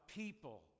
people